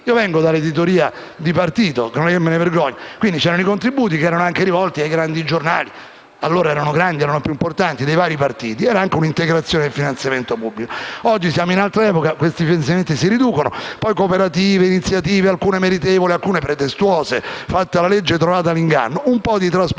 Vengo dall'editoria di partito, non me ne vergogno, e c'erano i contributi che erano rivolti anche ai grandi giornali (allora erano grandi e più importanti) dei vari partiti e si trattava anche di un'integrazione del finanziamento pubblico. Oggi siamo in altra epoca e questi finanziamenti si riducono, poi ci sono cooperative e iniziative (alcune meritevoli, alcune pretestuose) - perché fatta la legge, trovato l'inganno - e un po' di trasparenza